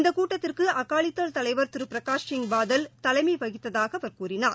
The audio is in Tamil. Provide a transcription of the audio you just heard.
இந்தகூட்டத்திற்குஅகாலிதள் தலைவா் திருபிரகாஷ் சிங் பாதல் தலைமைவகித்ததாகஅவா் கூறினார்